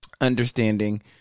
understanding